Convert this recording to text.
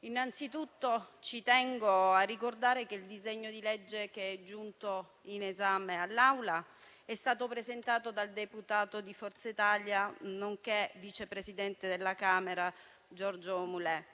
innanzitutto ci tengo a ricordare che il disegno di legge che è giunto all'esame dell'Assemblea è stato presentato dal deputato di Forza Italia, nonché vice presidente della Camera, Giorgio Mulè,